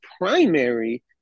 primary